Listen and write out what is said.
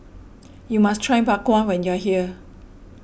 you must try Bak Kwa when you are here